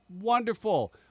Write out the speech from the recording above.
wonderful